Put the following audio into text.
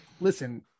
Listen